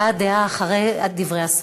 הבעת דעה אחרי דברי השר.